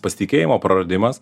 pasitikėjimo praradimas